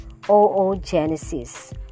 oogenesis